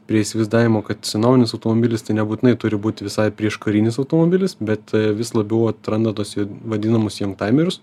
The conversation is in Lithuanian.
prie įsivaizdavimo kad senovinis automobilis tai nebūtinai turi būti visai prieškarinis automobilis bet vis labiau atranda tuos vadinamus jangtaimerius